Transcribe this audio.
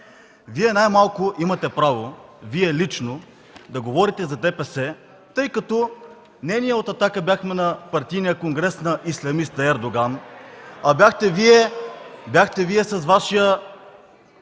Вие най-малко имате право – Вие лично, да говорите за ДПС, тъй като не ние от „Атака” бяхме на партийния конгрес на ислямиста Ердоган (ръкопляскания